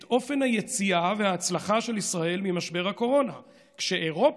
את אופן היציאה וההצלחה של ישראל ממשבר הקורונה כשאירופה,